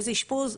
איזה אשפוז?